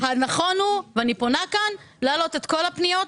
נכון יהיה, אני פונה כאן להעלות את כל הפניות,